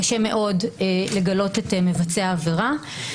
קשה מאוד לגלות את מבצעי העבירה.